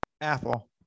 Apple